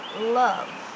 love